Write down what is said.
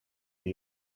you